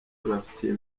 ibafitiye